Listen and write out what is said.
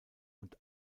und